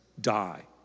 die